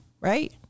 right